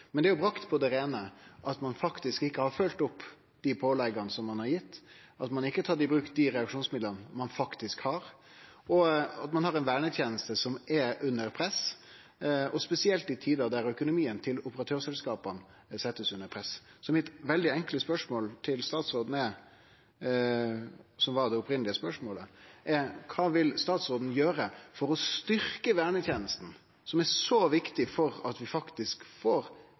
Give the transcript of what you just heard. Men det er jo bringa på det reine at ein faktisk ikkje har følgt opp dei pålegga som er gitt, at ein ikkje har tatt i bruk dei reaksjonsmidla ein faktisk har, og at ein har ei verneteneste som er under press, spesielt i tider der økonomien til operatørselskapa blir sett under press. Så mitt veldig enkle spørsmål til statsråden er – og det var det opphavlege spørsmålet: Kva vil statsråden gjere for å styrkje vernetenesta, som er så viktig for at vi faktisk får